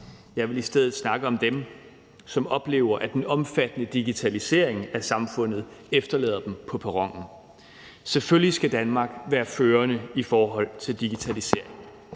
Jeg vil i stedet snakke om dem, som oplever, at den omfattende digitalisering af samfundet efterlader dem på perronen. Selvfølgelig skal Danmark være førende i forhold til digitaliseringen,